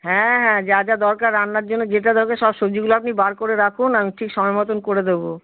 হ্যাঁ হ্যাঁ যা যা দরকার রান্নার জন্য যেটা দরকার সব সবজিগুলো আপনি বার করে রাখুন আমি ঠিক সময় মতন করে দেবো